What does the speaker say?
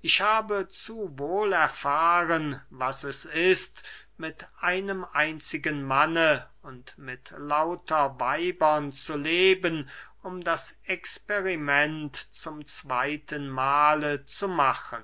ich habe zu wohl erfahren was es ist mit einem einzigen manne und mit lauter weibern zu leben um das experiment zum zweyten mahle zu machen